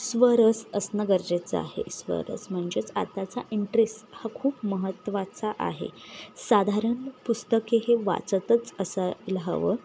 स्व रस असणं गरजेचं आहे स्व रस म्हणजेच आताचा इंटरेस हा खूप महत्त्वाचा आहे साधारण पुस्तके हे वाचतच असा रहावं